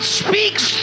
speaks